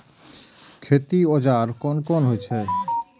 खेती औजार कोन कोन होई छै?